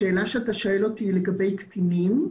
השאלה שאתה שואל אותי היא לגבי קטינים ,